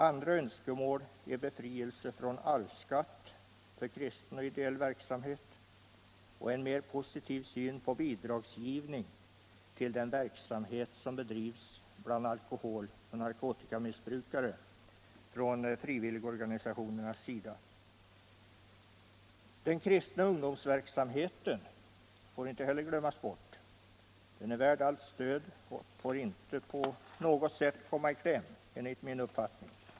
Andra önskemål är befrielse från arvsskatt för kristen och ideell verksamhet och en mer positiv syn på bidragsgivning till den verksamhet som bedrives bland alkoholoch narkotikamissbrukare från frivilligorganisationernas sida. Den kristna ungdomsverksamheten är också värd allt stöd och får inte på något siätt komma i kläm, enligt min uppfattning.